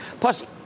Plus